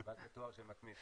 תודה לך.